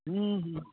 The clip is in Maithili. हुँ हुँ